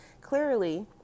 clearly